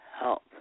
help